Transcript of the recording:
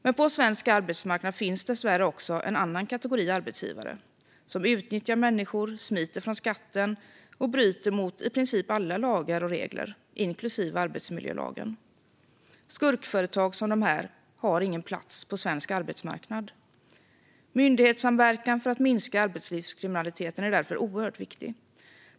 Men på svensk arbetsmarknad finns dessvärre också en annan kategori arbetsgivare som utnyttjar människor, smiter från skatten och bryter mot i princip alla lagar och regler, inklusive arbetsmiljölagen. Skurkföretag som de här har ingen plats på svensk arbetsmarknad. Myndighetssamverkan för att minska arbetslivskriminaliteten är därför oerhört viktig.